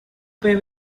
pay